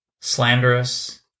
slanderous